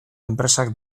enpresak